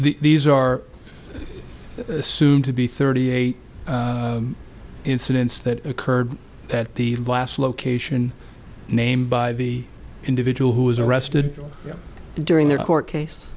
these are assumed to be thirty eight incidents that occurred at the last location named by the individual who was arrested during their court case